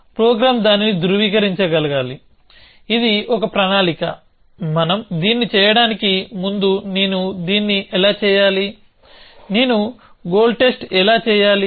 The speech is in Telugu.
ప్రోగ్రామ్ దానిని ధృవీకరించగలగాలి ఇది ఒక ప్రణాళిక మనం దీన్ని చేయడానికి ముందు నేను దీన్ని ఎలా చేయాలి నేను గోల్ టెస్ట్ ఎలా చేయాలి